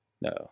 no